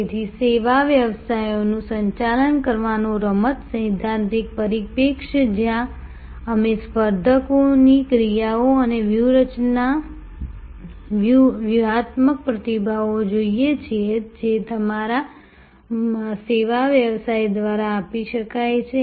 તેથી સેવા વ્યવસાયોનું સંચાલન કરવાનો રમત સૈદ્ધાંતિક પરિપ્રેક્ષ્ય જ્યાં અમે સ્પર્ધકોની ક્રિયાઓ અને વ્યૂહાત્મક પ્રતિભાવો જોઈએ છીએ જે તમારા સેવા વ્યવસાય દ્વારા આપી શકાય છે